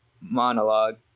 monologue